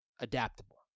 adaptable